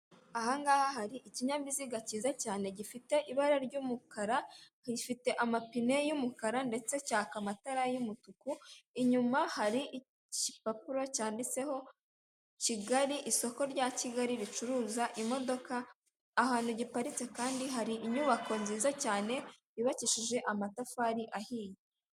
Aha ngaha hari ikinyabiziga cyiza cyane gifite ibara ry'umukara, gifite amapine y'umukara ndetse cyaka amatara y'umutuku, inyuma hari igipapuro cyanditseho Kigali, isoko rya Kigali ricuruza imodoka, ahantu giparitse kandi hari inyubako nziza cyane, yubakishije amatafari ahiye.